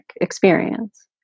experience